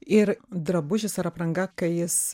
ir drabužis ar apranga kai jis